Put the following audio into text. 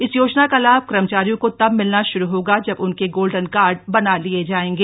इस योजना का लाभ कर्मचारियों को तब मिलना शुरू होगा जब उनके गोल्डन कार्ड बना लिए जाएंगे